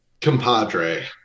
Compadre